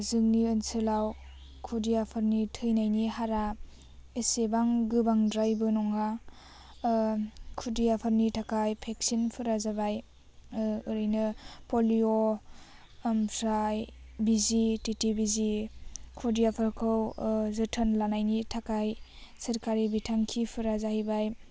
जोंनि ओनसोलाव खुदियाफोरनि थैनायनि हारा एसेबां गोबांद्रायबो नङा खुदियाफोरनि थाखाय भेक्सिनफोरा जाबाय ओरैनो पलिय' ओमफ्राय बिजि थिथि बिजि खुदियाफोरखौ जोथोन लानायनि थाखाय सोरखारि बिथांखिफोरा जाहैबाय